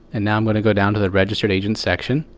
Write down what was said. and now i'm going to go down to the registered agent section,